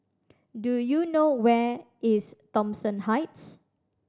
do you know where is Thomson Heights